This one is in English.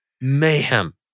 mayhem